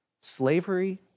Slavery